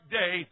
day